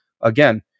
Again